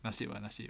nasib ah nasib